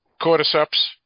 Cordyceps